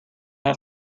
have